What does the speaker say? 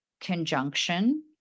conjunction